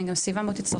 רגע לתת